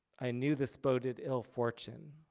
i knew this boded ill fortune.